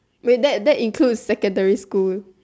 wait that that includes secondary school